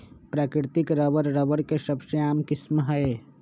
प्राकृतिक rubber, rubber के सबसे आम किस्म हई